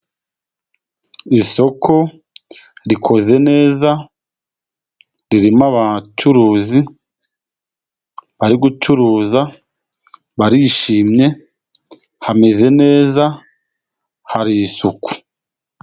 Isoko rikoze neza, ririmo abacuruzi bari gucuruza, barishimye, hameze neza, hari isuku.